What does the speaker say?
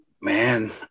Man